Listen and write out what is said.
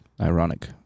Ironic